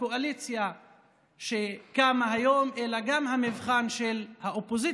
הקואליציה שקמה היום, אלא גם המבחן של האופוזיציה.